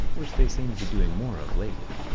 which they seem to be doing more of lately.